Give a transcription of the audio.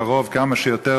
קרוב כמה שיותר,